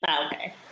okay